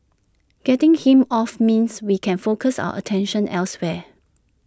getting him off means we can focus our attention elsewhere